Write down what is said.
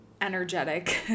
energetic